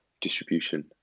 distribution